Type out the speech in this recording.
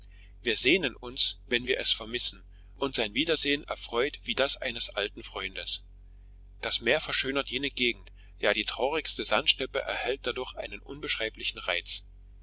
wir sehnen uns wenn wir es vermissen und sein wiedersehen erfreut wie das eines alten freundes das meer verschönert jede gegend ja die traurigste sandsteppe erhält dadurch einen unbeschreiblichen reiz